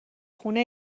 خونه